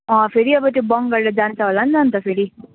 अँ फेरि अब त्यो बङ गरेर जान्छ होला नि त अन्त फेरि